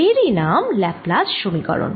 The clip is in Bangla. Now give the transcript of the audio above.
এরই নাম ল্যাপ্লাস সমীকরণ